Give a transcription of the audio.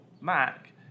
Mac